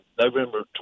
November